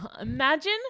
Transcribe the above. Imagine